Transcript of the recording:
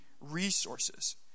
resources